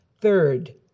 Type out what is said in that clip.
Third